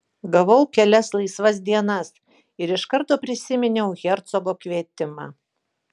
gavau kelias laisvas dienas ir iš karto prisiminiau hercogo kvietimą